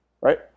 right